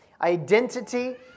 Identity